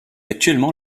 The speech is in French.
actuellement